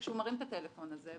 כשהוא מרים את הטלפון הזה,